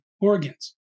organs